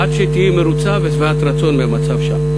עד שתהיי מרוצה ושבעת רצון מהמצב שם.